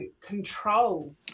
control